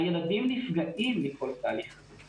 הילדים נפגעים מכל התהליך הזה.